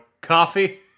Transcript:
coffee